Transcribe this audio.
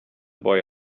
boy